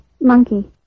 monkey